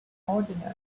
ordinary